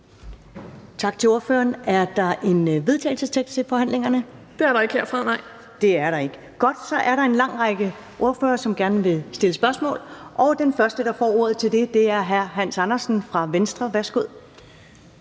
Tak til ordføreren. Er der et forslag til vedtagelse til forhandlingerne? (Sofie Carsten Nielsen (RV): Det er der ikke herfra, nej). Det er der ikke. Godt. Så er der en lang række ordførere, som gerne vil stille spørgsmål, og den første, der får ordet til det, er hr. Hans Andersen fra Venstre. Værsgo.